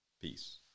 Peace